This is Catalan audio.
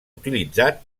utilitzat